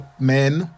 men